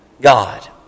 God